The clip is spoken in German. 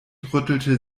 rüttelte